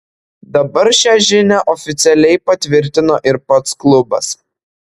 dabar šią žinią oficialiai patvirtino ir pats klubas